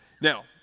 Now